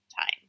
time